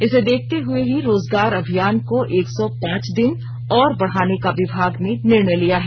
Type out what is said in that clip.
इसे देखते हुए ही रोजगार अभियान को एक सौ पांच दिन और बढ़ाने का विभाग ने निर्णय लिया है